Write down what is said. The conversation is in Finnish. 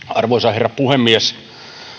arvoisa herra puhemies